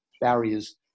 barriers